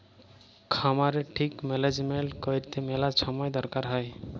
খামারের ঠিক ম্যালেজমেল্ট ক্যইরতে ম্যালা ছময় দরকার হ্যয়